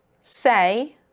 say